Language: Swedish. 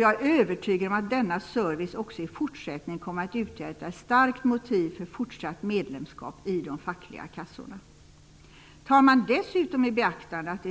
Jag är övertygad om att denna service också i fortsättningen kommer att utgöra ett starkt motiv för ett fortsatt medlemskap i de fackliga kassorna. Man kan dessutom ta i beaktande att det